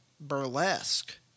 burlesque